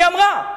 היא אמרה: